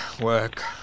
work